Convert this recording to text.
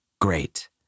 Great